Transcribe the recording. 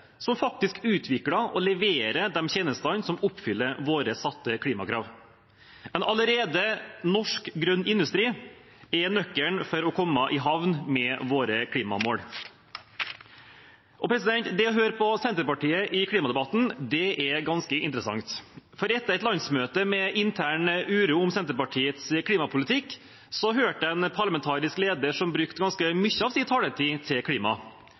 som faktisk utvikler og leverer de tjenestene som oppfyller våre satte klimakrav. En allerede norsk grønn industri er nøkkelen for å komme i havn med våre klimamål. Å høre på Senterpartiet i klimadebatten, er ganske interessant. Etter et landsmøte med intern uro om Senterpartiets klimapolitikk, hørte jeg en parlamentarisk leder som brukte ganske mye av sin taletid til klimaet.